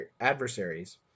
adversaries